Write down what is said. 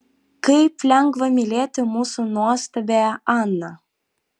kaip lengva mylėti mūsų nuostabiąją aną